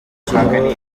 kiriko